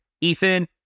Ethan